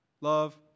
Love